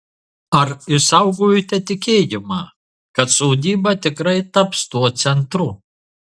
ar išsaugojote tikėjimą kad sodyba tikrai taps tuo centru